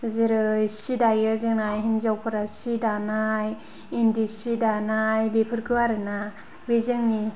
जेरै सि दायो जोंना हिन्जाउफ्रा सि दानाय इन्दि सि दानाय बेफोरखौ आरो ना बे जोंनि जों